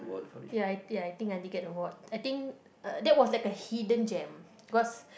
ya I ya I think I did get award I think uh that was like a hidden gem because